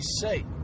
say